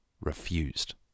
refused